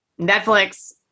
Netflix